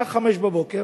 בשעה 05:00